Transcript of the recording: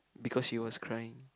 because she was crying